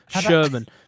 Sherman